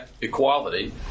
equality